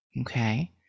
okay